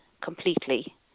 completely